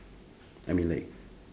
I mean like